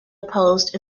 opposed